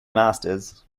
masters